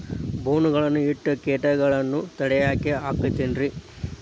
ಬೋನ್ ಗಳನ್ನ ಇಟ್ಟ ಕೇಟಗಳನ್ನು ತಡಿಯಾಕ್ ಆಕ್ಕೇತೇನ್ರಿ?